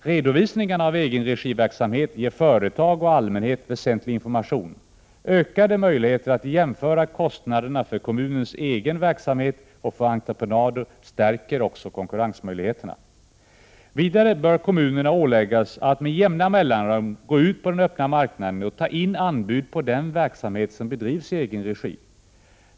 Redovisningarna av egenregiverksamhet ger företag och allmänhet väsentlig information. Ökade möjligheter att jämföra kostnaderna för kommunens egen verksamhet och för entreprenader stärker konkurrensmöjligheterna. Vidare bör kommunerna åläggas att med jämna mellanrum gå ut på den öppna marknaden och ta in anbud på den verksamhet som drivs i egen regi.